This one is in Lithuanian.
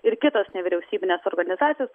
ir kitos nevyriausybinės organizacijos